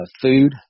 food